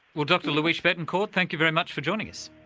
well dr luis bettencourt, thank you very much for joining us.